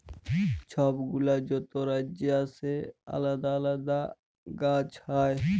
ছব গুলা যত রাজ্যে আসে আলেদা আলেদা গাহাচ হ্যয়